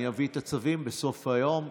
אני אביא את הצווים בסוף היום,